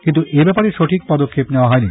কিন্তু এ ব্যাপারে সঠিক পদক্ষেপ নেওয়া হয়নি